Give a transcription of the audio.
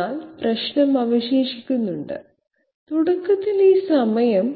എന്നാൽ പ്രശ്നം അവശേഷിക്കുന്നു തുടക്കത്തിൽ ഈ സമയം